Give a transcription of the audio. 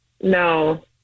No